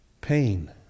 pain